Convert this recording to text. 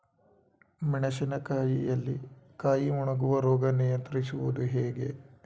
ಮೆಣಸಿನ ಕಾಯಿಯಲ್ಲಿ ಕಾಯಿ ಒಣಗುವ ರೋಗ ನಿಯಂತ್ರಿಸುವುದು ಹೇಗೆ?